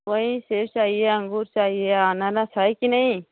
वही सेब चाहिए अंगूर चाहिए अनानास है की नही